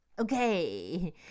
Okay